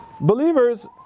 believers